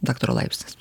daktaro laipsnis